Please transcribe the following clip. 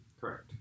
Correct